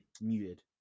muted